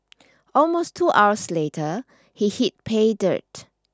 almost two hours later he hit pay dirt